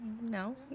no